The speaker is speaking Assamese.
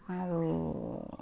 আৰু